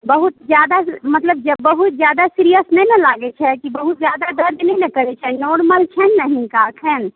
बहुत ज्यादा मतलब बहुत ज्यादा सीरियस नहि ने लागै छै कि बहुत ज्यादा दरद नहि ने करै छै नॉरमल छनि ने हिनका एखन